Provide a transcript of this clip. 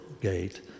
gate